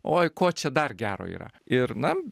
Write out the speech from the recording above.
oi ko čia dar gero yra ir na